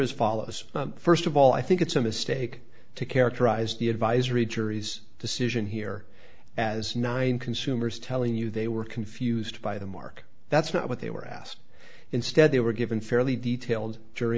as follows st of all i think it's a mistake to characterize the advisory jury's decision here as nine consumers telling you they were confused by the mark that's not what they were asked instead they were given fairly detailed jury